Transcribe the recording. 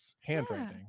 handwriting